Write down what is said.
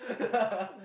that's